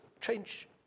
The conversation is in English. change